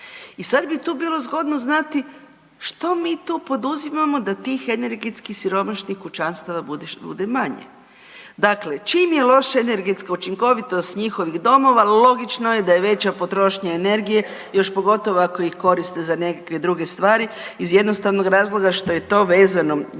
I sad bi tu bilo zgodno znati što mi tu poduzimamo da tih energetski siromašnih kućanstava bude što manje? Dakle čim je loša energetska učinkovitost njihovih domova, logično je da je veća potrošnja energije, još pogotovo ako ih koriste za nekakve druge stvari, iz jednostavnog razloga što je vezano